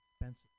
expensive